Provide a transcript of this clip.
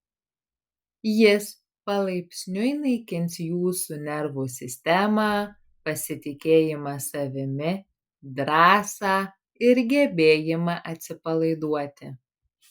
jis palaipsniui naikins jūsų nervų sistemą pasitikėjimą savimi drąsą ir gebėjimą atsipalaiduoti